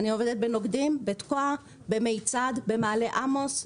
אני עובדת בנוקדים, בתקוע, במיצד, במעלה עמוס,